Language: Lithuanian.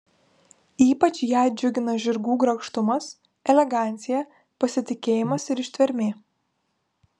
ypač ją džiugina žirgų grakštumas elegancija pasitikėjimas ir ištvermė